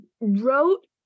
wrote